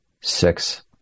six